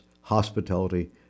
hospitality